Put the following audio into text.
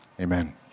amen